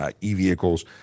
e-vehicles